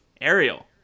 Ariel